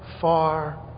far